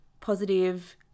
positive